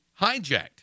hijacked